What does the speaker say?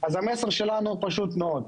המסר שלנו הוא פשוט מאוד.